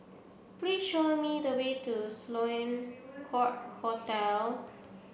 please show me the way to Sloane Court Hotel